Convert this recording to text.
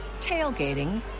tailgating